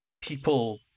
people